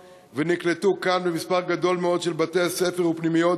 ונקלטו כאן במספר גדול מאוד של בתי-ספר ופנימיות,